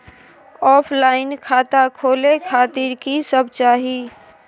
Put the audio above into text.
Offline खाता खोले खातिर की सब चाही?